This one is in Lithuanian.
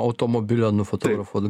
automobilio nufotografuot